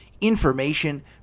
information